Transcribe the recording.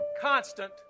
constant